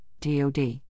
DOD